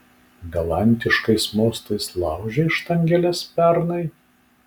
galantiškais mostais laužei štangeles pernai